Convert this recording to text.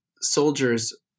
soldiers